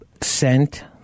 sent